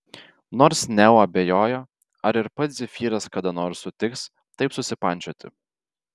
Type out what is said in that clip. nors neo abejojo ar ir pats zefyras kada nors sutiks taip susipančioti